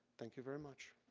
thank you very much.